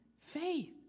faith